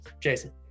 Jason